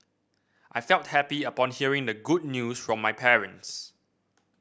I felt happy upon hearing the good news from my parents